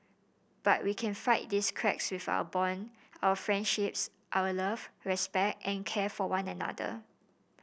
but we can fight these cracks with our bonds our friendships our love respect and care for one another